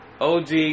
OG